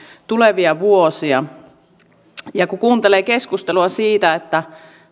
tulevia vuosia kun kuuntelee keskustelua siitä että